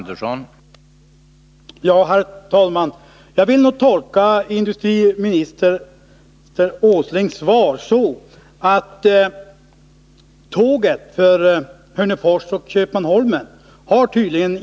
Herr talman! Jag vill tolka industriminister Åslings första svar så, att tåget för Hörnefors och Köpmanholmen ännu inte har gått.